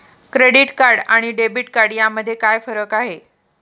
Credit card आणि debit card यामध्ये काय फरक आहे?